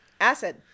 Acid